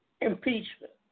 impeachment